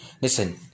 Listen